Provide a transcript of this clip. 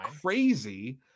crazy